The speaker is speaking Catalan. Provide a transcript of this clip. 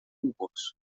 concurs